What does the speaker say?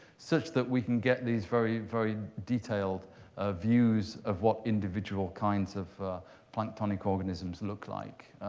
such that we can get these very, very detailed ah views of what individual kinds of planktonic organisms look like.